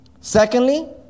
Secondly